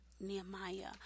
Nehemiah